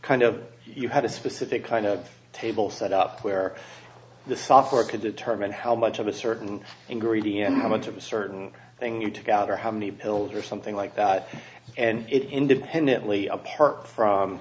kind of you had a specific kind of table set up where the software could determine how much of a certain ingredient how much of a certain thing you took out or how many pills or something like that and it independently apart from